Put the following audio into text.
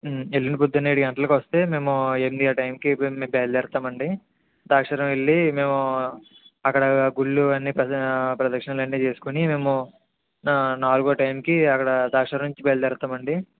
ఎల్లుండి పొద్దున్న ఏడు గంటలకు వస్తే మేము ఎనిమిది ఆ టైంకి మేము బయలుదేరుతామండి ద్రాక్షరామం వెళ్ళి మేము అక్కడ గుళ్ళు అన్నీ ప్రద ప్రదక్షిణలు అన్నీ చేసుకుని మేము నా నాలుగు ఆ టైంకి అక్కడ ద్రాక్షరామం నుంచి బయలుదేరుతామండి